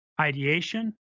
ideation